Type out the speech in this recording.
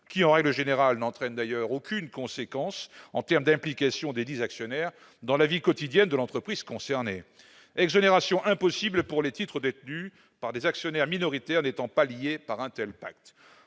qui, en règle générale, n'entraîne d'ailleurs aucune conséquence en termes d'implication desdits actionnaires dans la vie quotidienne de l'entreprise concernée, exonération impossible pour les titres détenus par des actionnaires minoritaires n'étant pas liés par un tel pacte.